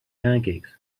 pancakes